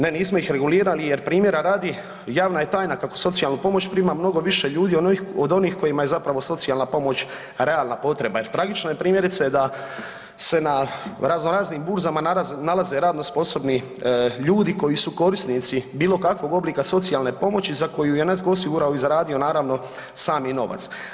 Ne nismo ih regulirali jer primjera radi javna je tajna kako socijalnu pomoć prima mnogo više ljudi od onih kojima je zapravo socijalna pomoć realna potreba jer tragično je primjerice da se na razno raznim burzama nalaze radno sposobni ljudi koji su korisnici bilo kakvog oblika socijalne pomoći za koju je netko osigurao i zaradio naravno sami novac.